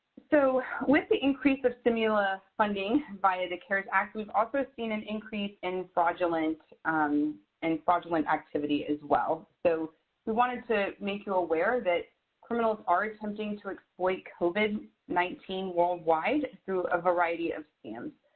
so with the increase of stimula funding via the cares act, we've also seen an increase in fraudulent in fraudulent activity as well. so we wanted to make you aware that criminals are attempting to exploit covid nineteen worldwide through a variety of scams.